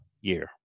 year